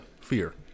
Fear